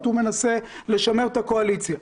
הוא מנסה לשמר את הקואליציה.